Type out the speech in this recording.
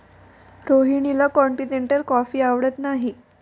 रोहिणीला continental coffee आवडत नाही